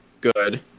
good